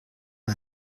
des